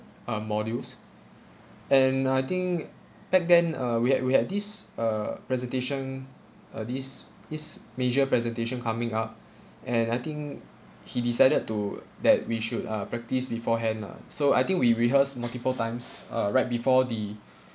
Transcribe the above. uh modules and I think back then uh we had we had this uh presentation uh this is major presentation coming up and I think he decided to that we should uh practice beforehand lah so I think we rehearse multiple times uh right before the